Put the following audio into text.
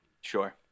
Sure